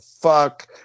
fuck